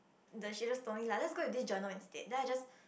the she just told me lah let's go with this journal instead then I just